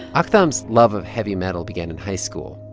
ah aktham's love of heavy metal began in high school.